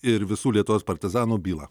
ir visų lietuvos partizanų bylą